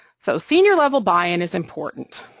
so senior level buy-in is important.